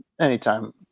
anytime